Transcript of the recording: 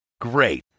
Great